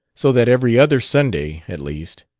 so that, every other sunday at least,